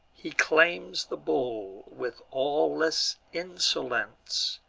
he claims the bull with awless insolence,